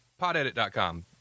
podedit.com